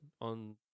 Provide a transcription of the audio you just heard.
on –